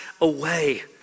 away